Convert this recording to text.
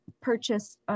purchase